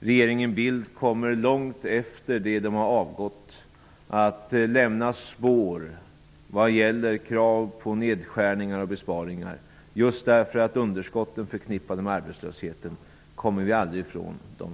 Regeringen Bildt kommer långt efter det att den har avgått att lämna spår efter sig vad gäller krav på nedskärningar och besparingar. Vi kommer aldrig ifrån de underskott som är förknippade med arbetslösheten. De skall betalas.